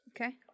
Okay